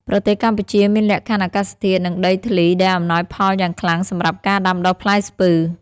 ប្រទេសកម្ពុជាមានលក្ខខណ្ឌអាកាសធាតុ និងដីធ្លីដែលអំណោយផលយ៉ាងខ្លាំងសម្រាប់ការដាំដុះផ្លែស្ពឺ។